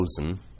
chosen